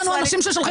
באמצע הצהרות.